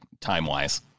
time-wise